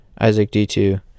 IsaacD2